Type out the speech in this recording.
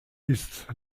ist